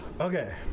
Okay